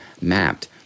mapped